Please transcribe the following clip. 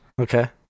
Okay